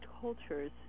cultures